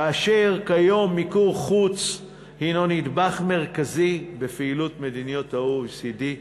כאשר כיום מיקור חוץ הוא נדבך מרכזי בפעילות מדינות ה-OECD,